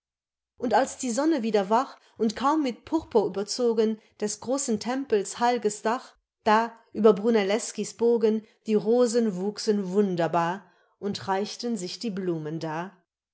und als die sonne wieder wach und kaum mit purpur überzogen des großen tempels heil'ges dach da über bruneleschis bogen die rosen wuchsen wunderbar und reichten sich die blumen dar